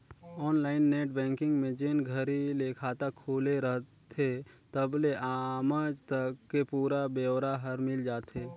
online net banking में जेन घरी ले खाता खुले रथे तबले आमज तक के पुरा ब्योरा हर मिल जाथे